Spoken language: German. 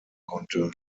konnte